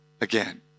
again